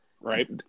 Right